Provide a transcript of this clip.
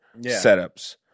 setups